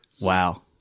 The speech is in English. Wow